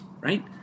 Right